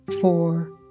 four